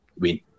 win